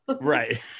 right